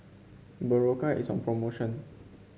berocca is on promotion